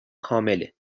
کامله